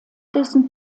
dessen